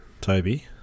Toby